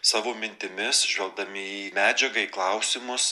savo mintimis žvelgdami į medžiagą į klausimus